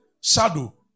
shadow